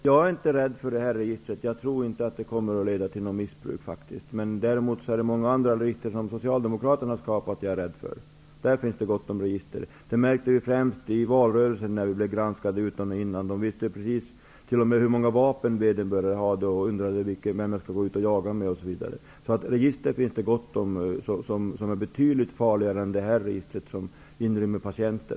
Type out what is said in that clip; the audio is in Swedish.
Herr talman! Jag är inte rädd för det här registret. Jag tror inte att det kommer att leda till något missbruk. Däremot är jag rädd för många andra register, sådana som är skapade av Socialdemokraterna. Det finns gott om sådana register. Detta märkte vi främst i valrörelsen, när vi blev granskade utan och innan. Man visste precis t.o.m. hur många vapen vederbörande hade och ställde frågor om med vem jag skulle ut och jaga. Det finns alltså gott om betydligt farligare register än detta register över patienter.